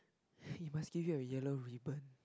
he must give you a Yellow Ribbon